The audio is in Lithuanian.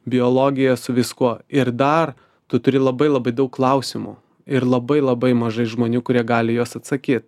biologija su viskuo ir dar tu turi labai labai daug klausimų ir labai labai mažai žmonių kurie gali į juos atsakyt